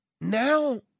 Now